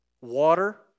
water